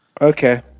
Okay